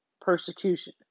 persecution